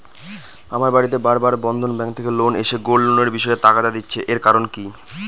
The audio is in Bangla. আমার বাড়িতে বার বার বন্ধন ব্যাংক থেকে লোক এসে গোল্ড লোনের বিষয়ে তাগাদা দিচ্ছে এর কারণ কি?